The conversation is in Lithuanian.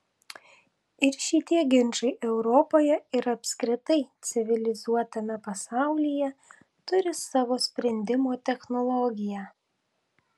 ir šitie ginčai europoje ir apskritai civilizuotame pasaulyje turi savo sprendimo technologiją